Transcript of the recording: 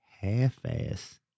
half-ass